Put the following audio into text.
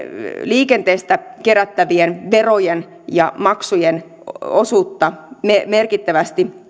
liikenteestä kerättävien verojen ja maksujen osuutta merkittävästi